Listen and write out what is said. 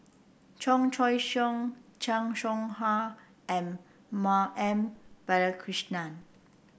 Chan Choy Siong Chan Soh Ha and Ma M Balakrishnan